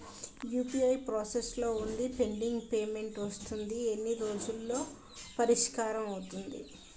UPI process లో వుందిపెండింగ్ payment వస్తుంది ఎన్ని రోజుల్లో పరిష్కారం అవుతుంది